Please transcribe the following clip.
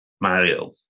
Mario